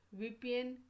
VPN